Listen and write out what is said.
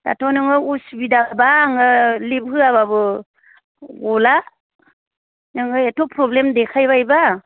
दाथ' नोङो उसिबिदाबा आङो लिभ होयाबाबो ग'ला नोङो एथ' फ्रब्लेम देखायबायबा